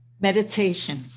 Meditation